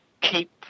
keep